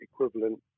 equivalent